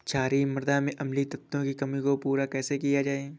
क्षारीए मृदा में अम्लीय तत्वों की कमी को पूरा कैसे किया जाए?